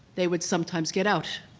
they would sometimes get out.